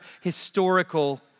historical